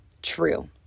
True